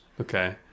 Okay